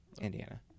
Indiana